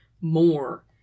more